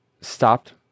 stopped